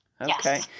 Okay